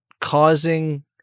causing